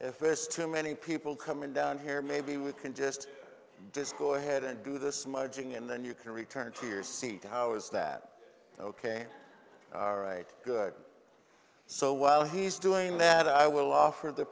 there's too many people coming down here maybe we can just discourse head and do this smudging and then you can return to your seat how is that ok all right good so while he's doing that i will offer the